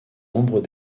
nombre